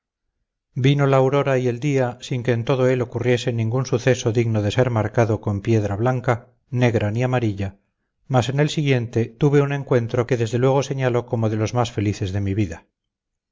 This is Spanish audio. vino la aurora y el día sin que en todo él ocurriese ningún suceso digno de ser marcado con piedra blanca negra ni amarilla mas en el siguiente tuve un encuentro que desde luego señalo como de los más felices de mi vida